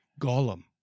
golem